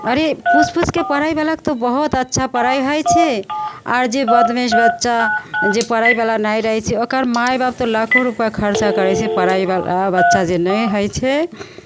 अरे पुछि पुछिके पढ़ैवलाके तऽ बहुत अच्छा पढ़ाइ होइ छै आओर जे बदमाश बच्चा जे पढ़ैवला नहि रहै छै ओकर माइबाप तऽ लाखो रुपा खरचा करै छै पढ़ैवला बच्चा जे नहि होइ छै